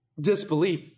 disbelief